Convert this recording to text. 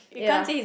ya